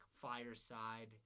fireside